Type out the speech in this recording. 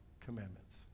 Commandments